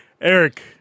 Eric